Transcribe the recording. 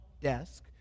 desk